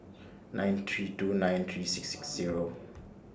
nine three two nine three six six Zero